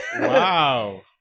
Wow